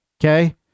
okay